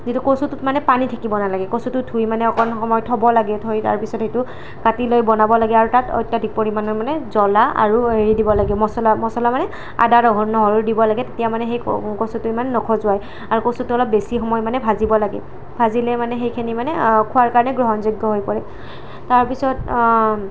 যিটো কচুটোত মানে পানী থাকিব নালাগে কচুটো ধুই মানে অকণমান সময় থ'ব লাগে থোৱাৰ পাছত সেইটো কাটি লৈ বনাব লাগে আৰু তাত অত্যাধিক পৰিমাণৰ মানে জ্বলা আৰু হেৰি দিব লাগে মচলা মচলা মানে আদা নহ নহৰু দিব লাগে তেতিয়া মানে সেই ক কচুটো ইমান নখজুৱাই আৰু কচুটো অলপ বেছি সময় মানে ভাজিব লাগে ভাজিলে মানে সেইখিনি মানে খোৱাৰ কাৰণে গ্ৰহণযোগ্য হৈ পৰে তাৰ পিছত